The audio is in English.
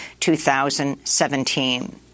2017